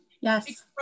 yes